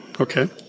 Okay